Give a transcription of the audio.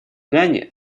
гане